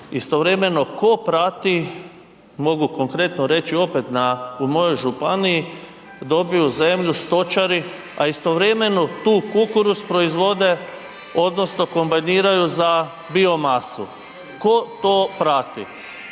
istovremeno ko prati mogu konkretno reći opet da u mojoj županiji dobiju zemlju stočari, a istovremeno tu kukuruz proizvode odnosno kombajniraju za bio masu, tko to prati?